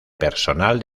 personal